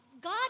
God